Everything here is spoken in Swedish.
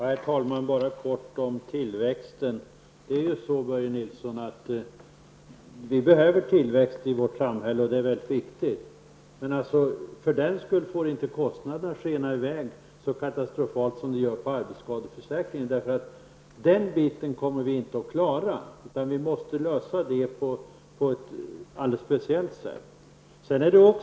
Herr talman! Bara några ord om tillväxten. Vi behöver tillväxt i vårt samhälle, Börje Nilsson. Det är väldigt viktigt, men för den skull får inte kostnaderna skena i väg så katastrofalt som de gör i fråga om arbetsskadeförsäkringen. Den biten kommer vi inte att klara, utan vi måste lösa det problemet på ett alldeles speciellt sätt.